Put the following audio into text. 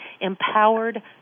empowered